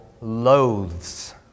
loathes